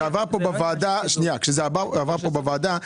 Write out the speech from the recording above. כשזה עבר כאן בוועדה,